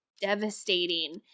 devastating